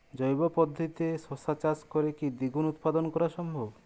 জৈব পদ্ধতিতে শশা চাষ করে কি দ্বিগুণ উৎপাদন করা সম্ভব?